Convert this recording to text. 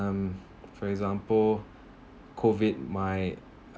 um for example COVID my uh